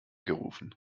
gerufen